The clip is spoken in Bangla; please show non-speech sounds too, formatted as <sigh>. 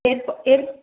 এর এর <unintelligible>